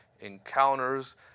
encounters